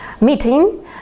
meeting